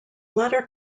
latter